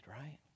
right